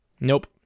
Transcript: Nope